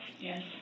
Yes